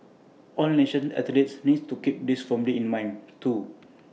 all nation athletes need to keep this firmly in mind too